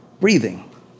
breathing